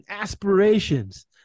aspirations